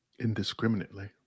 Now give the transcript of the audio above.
indiscriminately